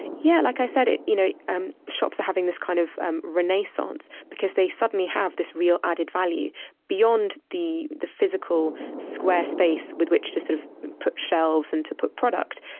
yeah, like i said, you know um shops are having this kind of um renaissance because they suddenly have this real added value beyond the the physical square space with which to sort of put shelves and to put product.